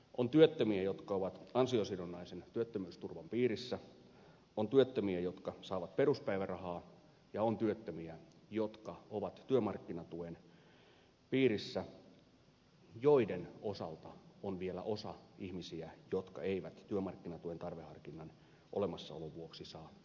on työttömiä jotka ovat ansiosidonnaisen työttömyysturvan piirissä on työttömiä jotka saavat peruspäivärahaa ja on työttömiä jotka ovat työmarkkinatuen piirissä ja joiden osalta on vielä osa ihmisiä jotka eivät työmarkkinatuen tarveharkinnan olemassaolon vuoksi saa euroakaan